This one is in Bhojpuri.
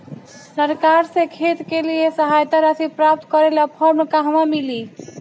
सरकार से खेत के लिए सहायता राशि प्राप्त करे ला फार्म कहवा मिली?